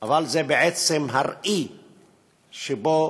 אבל זה בעצם הראי שבו,